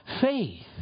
faith